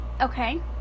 okay